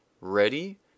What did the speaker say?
ready